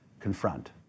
Confront